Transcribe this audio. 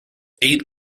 eight